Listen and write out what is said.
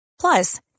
Plus